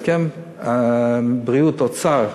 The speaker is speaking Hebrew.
בהסכם בריאות אוצר,